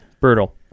brutal